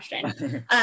question